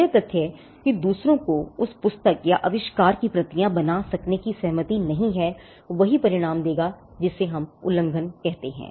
यह तथ्य कि दूसरों को उस पुस्तक या आविष्कार की प्रतियां बना सकने की सहमति नहीं है वही परिणाम देगा जिसे हम उल्लंघन कहते हैं